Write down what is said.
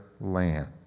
land